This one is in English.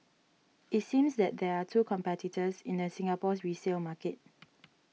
it seems that there are two competitors in the Singapore's resale market